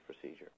procedure